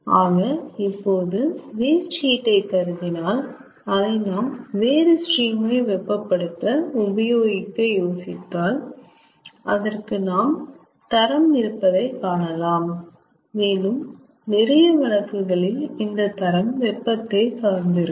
ஆக இப்போது waste heat ஐ கருதினால் அதை நாம் வேறு ஸ்ட்ரீம் ஐ வெப்பப்படுத்த உபகோகிக்க யோசித்தால் நாம் அதற்கு தரம் இருப்பதை காணலாம் மேலும் நிறைய வழக்குகளில் இந்த தரம் வெப்பத்தை சார்ந்து இருக்கும்